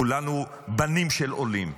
כולנו בנים של עולים,